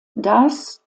das